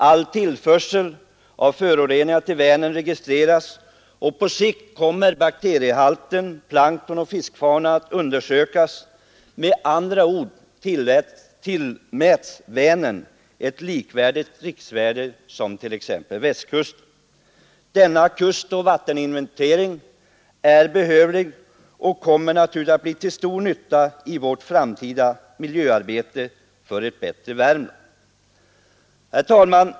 All tillförsel av föroreningar till Vänern registreras, och på sikt kommer bakteriehalt, plankton och fiskfauna att undersökas. Med andra ord tillmäts Vänern ett riksvärde, likvärdigt med t.ex. Västkustens. Denna kustoch vatteninventering är behövlig och kommer naturligtvis att bli till stor nytta i vårt framtida miljöarbete för ett bättre Värmland. Herr talman!